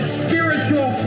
spiritual